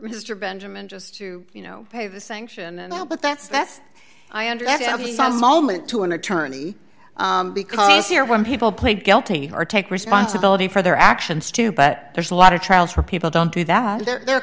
mr benjamin just to you know pay the sanction and all but that's that's i understand how he's a moment to an attorney because here when people play guilty or take responsibility for their actions too but there's a lot of trials for people don't do that there are